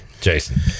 Jason